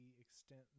extent